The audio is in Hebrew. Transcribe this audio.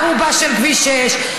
בני ערובה של כביש 6,